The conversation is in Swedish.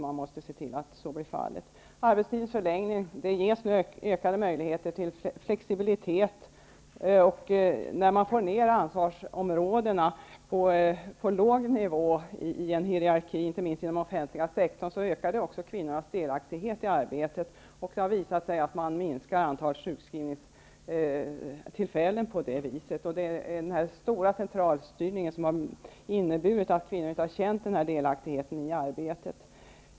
Man måste se till att så blir fallet. Beträffande arbetstidens förläggning ges nu ökade möjligheter till flexibilitet. När man får ner ansvaret på låg nivå i en hierarki ökar det kvinnornas delaktighet i arbetet, inte minst på den offentliga sektorn. Det har visat sig att man kan minska antalet sjukskrivningstillfällen på det sättet. Den stora centralstyrningen har medfört att kvinnor inte har känt denna delaktighet i arbetet.